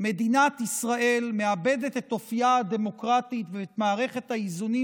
מדינת ישראל מאבדת את אופייה הדמוקרטי ואת מערכת האיזונים